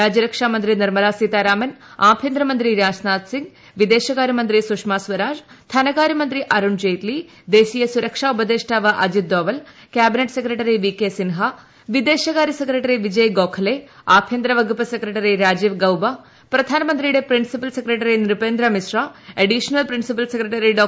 രാജ്യരക്ഷാമന്ത്രി നിർമ്മലാ സീതാരാമൻ ആഭ്യന്തരമന്ത്രി രാജ്നാഥ് സിംഗ് വിദേശകാര്യമന്ത്രി സ്റ്റുഷ്മാ സ്വരാജ് ധനകാര്യമന്ത്രി അരുൺ ജെയ്റ്റ്ലി ദേശീയ സ്ു്രക്ഷാ ഉപദേഷ്ടാവ് Ajit Doval cabinet secretary V K Sinha വിദേശകാര്യ സെക്രട്ടറി വിജയ് ഗോഖലെ അഭ്യന്തര വകുപ്പ് സെക്രട്ടറി രാജീവ് ഗൌബ പ്രധാനമന്ത്രിയുടെ principal secretary Nripendra Mishra additional principal secretary ഡോ